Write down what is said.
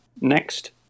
next